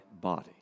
body